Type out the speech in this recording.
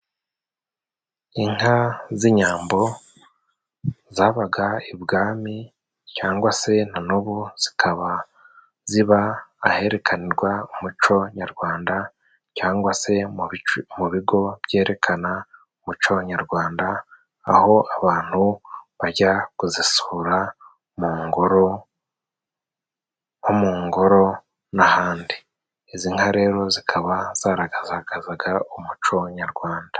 Inka z'inyambo zabaga i Bwami， cyangwa se na n'ubu zikaba ziba ahererekanirwa umuco nyarwanda， cyangwa se mu bigo byerekana umuco nyarwanda， aho abantu bajya kuzisura mu ngoro，nko mu ngoro n'ahandi. Izi nka rero zikaba zaragaragazaga umuco nyarwanda.